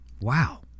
Wow